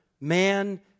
man